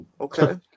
Okay